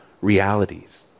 realities